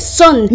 son